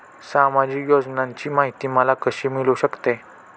सामाजिक योजनांची माहिती मला कशी मिळू शकते?